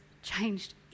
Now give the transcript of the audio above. changed